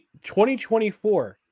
2024